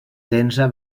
densa